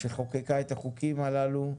שחוקקה את החוקים הללו,